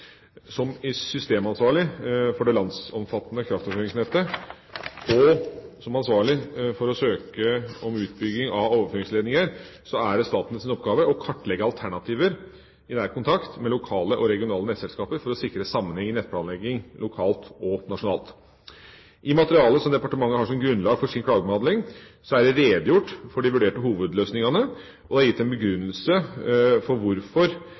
Som systemansvarlig for det landsomfattende kraftoverføringsnettet og som ansvarlig for å søke om utbygging av overføringsledninger er det statens oppgave å kartlegge alternativer i nær kontakt med lokale og regionale nettselskaper for å sikre sammenheng i nettplanlegging lokalt og nasjonalt. I materialet departementet har som grunnlag for sin klagebehandling, er det redegjort for de vurderte hovedløsningene, og det er gitt en begrunnelse for hvorfor